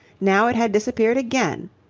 now it had disappeared again.